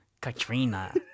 Katrina